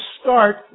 start